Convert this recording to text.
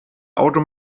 auto